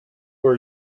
for